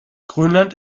grönland